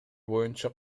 боюнча